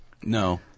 No